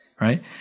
right